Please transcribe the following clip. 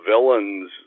villains